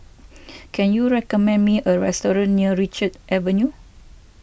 can you recommend me a restaurant near Richards Avenue